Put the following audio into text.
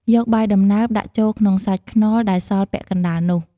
យកបាយដំណើបដាក់ចូលក្នុងសាច់ខ្នុរដែលសស់ពាក់កណ្ដាលនោះ ។